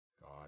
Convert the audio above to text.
god